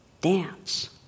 dance